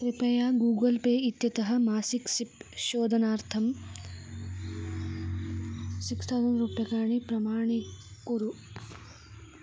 कृपया Google Pay इत्यतः मासिकं सिप् शोधनार्थं सिक्स् थौसण्ड् रूप्यकाणि प्रमाणीकुरु